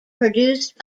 produced